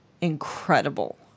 incredible